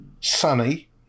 sunny